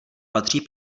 patří